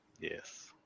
Yes